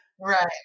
right